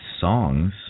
songs